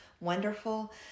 wonderful